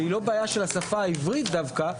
אבל היא לא בעיה של השפה העברית דווקא,